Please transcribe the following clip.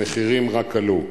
המחירים רק עלו,